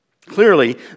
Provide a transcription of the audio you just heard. Clearly